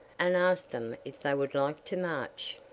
and asked them if they would like to march.